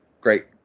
great